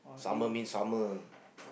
!wah! you